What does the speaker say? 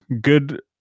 good